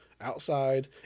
outside